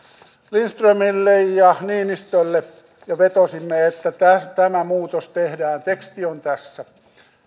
lindströmille ja niinistölle ja vetosimme että tämä muutos tehdään teksti on tässä